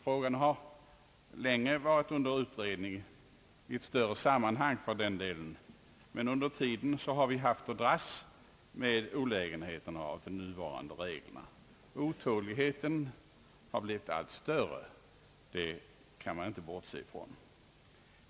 Frågan har länge varit under utredning i ett större sammanhang, men under tiden har vi haft olägenheterna med de nuvarande reglerna. Otåligheten har blivit allt större — det kan man inte bortse från.